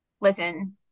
listen